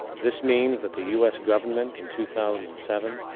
this means, that the us government, in two thousand and seven,